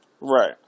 Right